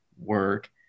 work